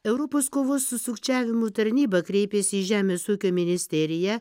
europos kovos su sukčiavimu tarnyba kreipėsi į žemės ūkio ministeriją